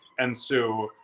and so,